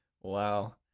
Wow